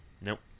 Nope